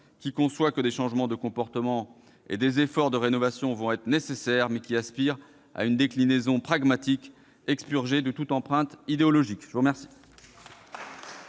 qui conçoit que des changements de comportement et des efforts de rénovation vont être nécessaires, mais qui aspire à une déclinaison pragmatique expurgée de toute empreinte idéologique. La parole